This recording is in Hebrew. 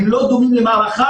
הם לא דומים למערכה,